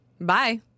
Bye